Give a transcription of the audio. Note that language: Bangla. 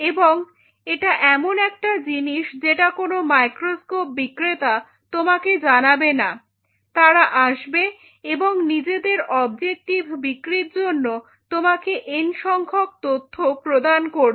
এবং এটা এমন একটা জিনিস যেটা কোন মাইক্রোস্কোপ বিক্রেতা তোমাকে জানাবে না তারা আসবে এবং নিজেদের অবজেক্টিভ বিক্রির জন্য তোমাকে এন সংখ্যক তথ্য প্রদান করবে